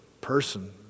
person